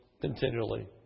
continually